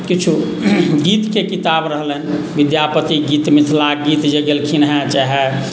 किछु गीतके किताब रहलनि विद्यापति गीत मिथिलाके गीत जे गेलखिन हेँ चाहे